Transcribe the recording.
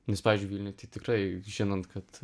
nes pavyzdžiui vilniuj tai tikrai žinant kad